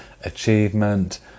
achievement